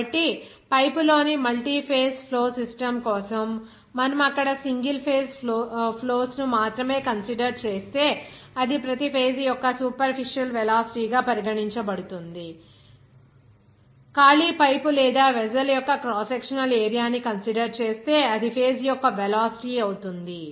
కాబట్టి పైపు లోని multiphase flow system కోసం మనము అక్కడ సింగిల్ ఫేజ్ ఫ్లోస్ ను మాత్రమే కన్సిడర్ చేస్తే అది ప్రతి ఫేజ్ యొక్క సూపర్ఫిషల్ వెలాసిటీ గా పరిగణించబడుతుంది ఖాళీ పైపు లేదా వెస్సెల్ యొక్క క్రాస్ సెక్షనల్ ఏరియా ని కన్సిడర్ చేస్తే అది ఫేజ్ యొక్క వెలాసిటీ అవుతుంది